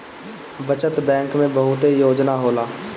बचत बैंक में बहुते योजना होला